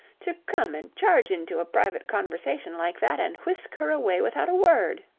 to come and charge into a private conversation like that and whisk her away without a word.